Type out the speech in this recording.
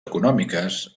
econòmiques